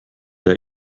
der